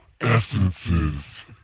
essences